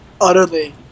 utterly